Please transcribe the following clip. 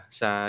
sa